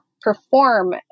perform